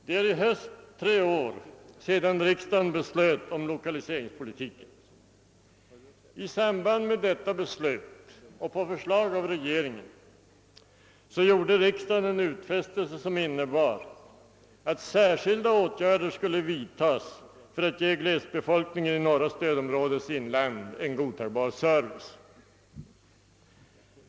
Det är i höst tre år sedan riksdagen beslutade om lokaliseringspolitiken. I samband med detta beslut och på förslag av regeringen gjorde riksdagen en utfästelse, som innebar att särskilda åtgärder skulle vidtas för att ge gles bygdsbefolkningen i norra stödområdets inland en acceptabel service.